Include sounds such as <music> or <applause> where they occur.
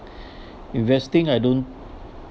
<breath> investing I don't